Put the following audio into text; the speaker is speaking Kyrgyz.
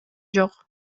жок